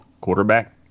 quarterback